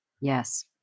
Yes